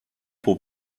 pour